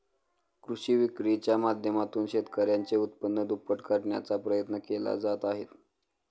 कृषी विक्रीच्या माध्यमातून शेतकऱ्यांचे उत्पन्न दुप्पट करण्याचा प्रयत्न केले जात आहेत